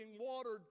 watered